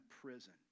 prison